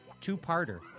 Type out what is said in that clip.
two-parter